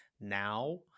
Now